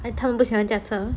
哦他们不喜欢驾车